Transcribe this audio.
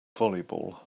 volleyball